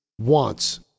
wants